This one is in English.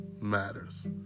matters